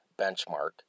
benchmark